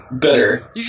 better